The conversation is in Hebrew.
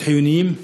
מאוד חיוניים,